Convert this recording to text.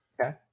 Okay